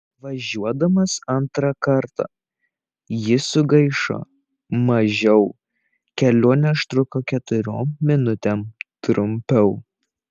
važiuodamas antrą kartą jis sugaišo mažiau kelionė užtruko keturiom minutėm trumpiau